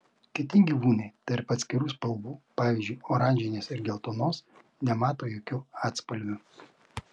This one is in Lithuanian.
kiti gyvūnai tarp atskirų spalvų pavyzdžiui oranžinės ir geltonos nemato jokių atspalvių